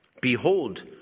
Behold